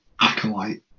acolyte